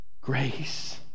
grace